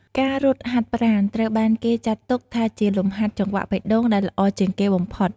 ការរត់ហាត់ប្រាណត្រូវបានគេចាត់ទុកថាជាលំហាត់ចង្វាក់បេះដូងដែលល្អជាងគេបំផុត។